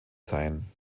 sein